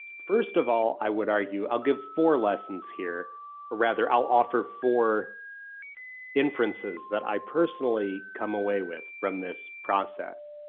first of all, i would argue, i'll give four lessons here, or rather i'll offer four inferences that i personally come away with from this process.